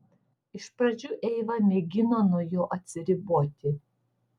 iš pradžių eiva mėgino nuo jo atsiriboti